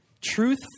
Truth